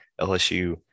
LSU